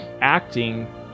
acting